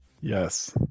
Yes